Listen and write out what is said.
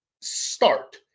start